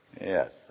Yes